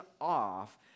off